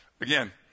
again